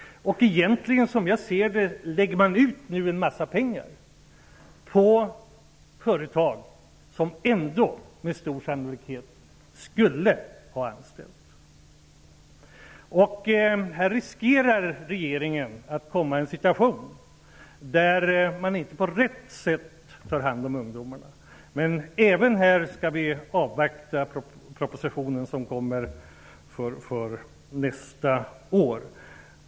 Egentligen läggs nu en mängd pengar ut på företag som ändå med stor sannolikhet skulle ha nyanställt. Här riskerar regeringen att komma i en situation där ungdomarna inte tas om hand på rätt sätt. Men även här skall vi avvakta propositionen som kommer nästa år.